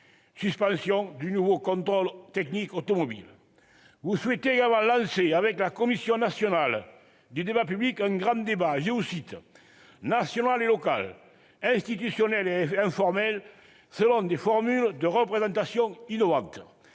suspension du nouveau contrôle technique automobile. Vous souhaitez également lancer avec la Commission nationale du débat public un grand débat « national et local »,« institutionnel et informel », selon des « formules de représentation innovantes